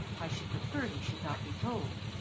i should prefer he should not be told,